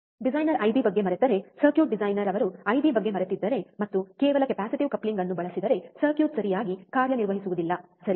designer IB ಬಗ್ಗೆ ಮರೆತರೆ circuit designer ಅವರು ಐಬಿ ಬಗ್ಗೆ ಮರೆತಿದ್ದರೆ ಮತ್ತು ಕೇವಲ ಕೆಪ್ಯಾಸಿಟಿವ್ ಕಪ್ಲಿಂಗ್ ಅನ್ನು ಬಳಸಿದರೆ ಸರ್ಕ್ಯೂಟ್ ಸರಿಯಾಗಿ ಕಾರ್ಯನಿರ್ವಹಿಸುವುದಿಲ್ಲ ಸರಿ